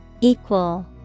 Equal